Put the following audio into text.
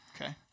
Okay